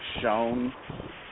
shown